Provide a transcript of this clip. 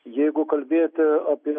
jeigu kalbėti apie